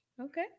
okay